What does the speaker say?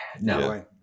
No